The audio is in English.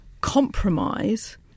compromise